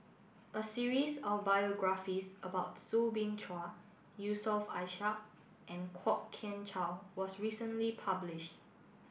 a series of biographies about Soo Bin Chua Yusof Ishak and Kwok Kian Chow was recently published